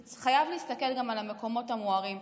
כי חייבים להסתכל גם על המקומות המוארים.